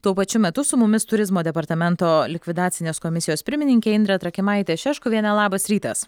tuo pačiu metu su mumis turizmo departamento likvidacinės komisijos pirmininkė indrė trakimaitė šeškuvienė labas rytas